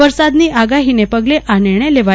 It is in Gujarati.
વરસાદની આગાહીન પગલે આ નિર્ણય લેવાયો છે